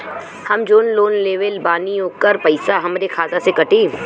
हम जवन लोन लेले बानी होकर पैसा हमरे खाते से कटी?